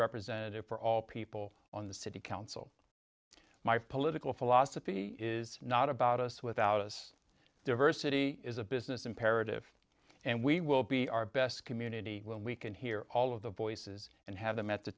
representative for all people on the city council my political philosophy is not about us without us diversity is a business imperative and we will be our best community when we can hear all of the voices and have them at the